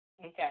Okay